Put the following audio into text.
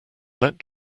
let